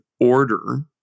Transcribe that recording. order